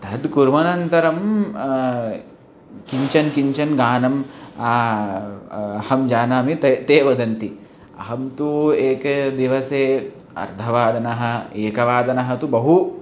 तद् कुर्वन्तःअन न्तरं किञ्चन किञ्चन गानम् अहं जानामि ते ते वदन्ति अहं तु एकदिवसे अर्धवादनम् एकवादनं तु बहु